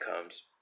comes